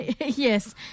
Yes